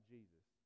Jesus